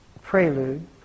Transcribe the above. prelude